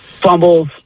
fumbles